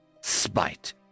spite